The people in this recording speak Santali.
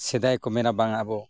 ᱥᱮᱫᱟᱭ ᱠᱚ ᱢᱮᱱᱟ ᱵᱟᱝ ᱟᱵᱚ